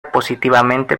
positivamente